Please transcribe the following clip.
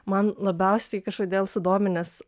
man labiausiai kažkodėl sudominęs